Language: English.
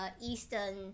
eastern